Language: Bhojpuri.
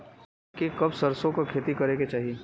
हमनी के कब सरसो क खेती करे के चाही?